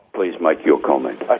please make your comment. ah